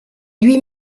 lui